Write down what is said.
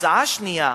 הצעה שנייה,